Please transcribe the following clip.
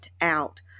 out